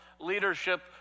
leadership